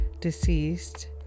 deceased